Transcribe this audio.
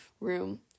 room